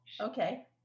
okay